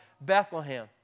Bethlehem